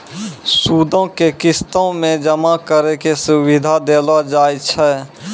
सूदो के किस्तो मे जमा करै के सुविधा देलो जाय छै